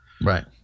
Right